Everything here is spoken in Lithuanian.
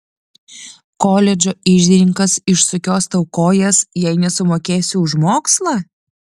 koledžo iždininkas išsukios tau kojas jei nesumokėsi už mokslą